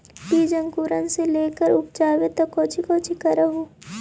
बीज अंकुरण से लेकर उपजाबे तक कौची कौची कर हो?